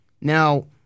Now